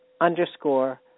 underscore